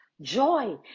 joy